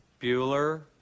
Bueller